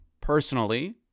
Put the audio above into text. personally